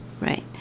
right